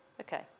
Okay